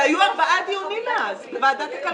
שהיו ארבעה דיונים מאז בוועדת הכלכלה.